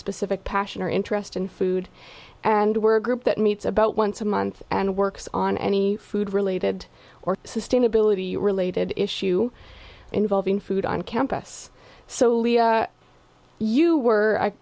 specific passion or interest in food and we're a group that meets about once a month and works on any food related or sustainability related issue involving food on campus so you were